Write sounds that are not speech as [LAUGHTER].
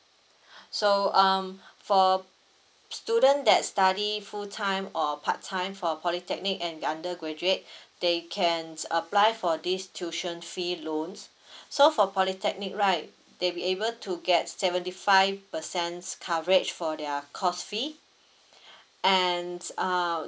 [BREATH] so um [BREATH] for student that study full time or part time for polytechnic and under graduate [BREATH] they can apply for this tuition fee loans [BREATH] so for polytechnic right they'll be able to get seventy five percent coverage for their course fee [BREATH] and uh